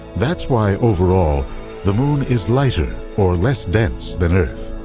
that's why overall the moon is lighter, or less dense, than earth.